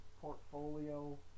portfolio